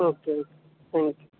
okay okay thank you